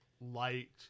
light